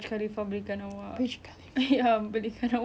um kunci key~ key chain right